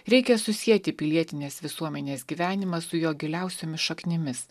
reikia susieti pilietinės visuomenės gyvenimą su jo giliausiomis šaknimis